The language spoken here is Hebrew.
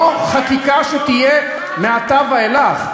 לא חקיקה שתהיה מעתה ואילך.